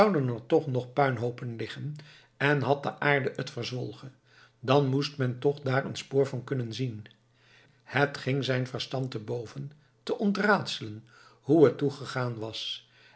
toch nog puinhoopen liggen en had de aarde het verzwolgen dan moest men daar toch een spoor van kunnen zien het ging zijn verstand te boven te ontraadselen hoe het toegegaan was